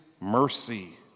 mercy